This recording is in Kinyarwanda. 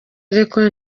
ariko